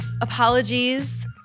apologies